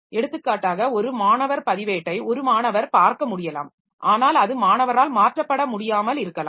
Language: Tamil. எடுத்துக்காட்டாக ஒரு மாணவர் பதிவேட்டை ஒரு மாணவர் பார்க்க முடியலாம் ஆனால் அது மாணவரால் மாற்றப்பட முடியாமல் இருக்கலாம்